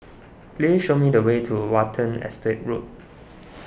please show me the way to Watten Estate Road